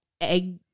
egg